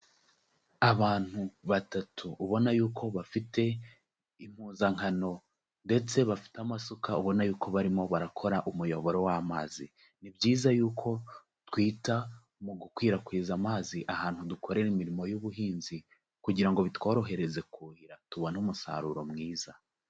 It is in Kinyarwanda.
Abantu batatu ubona yuko bafite impuzankano ndetse bafite amasuka ubona yuko barimo barakora umuyoboro w'amazi, ni byiza yuko twita mu gukwirakwiza amazi ahantu dukorera imirimo y'ubuhinzi kugira ngo bitworohereze kuhira tubone umusaruro mwiza.